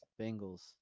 Bengals